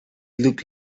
looked